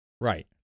Right